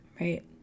right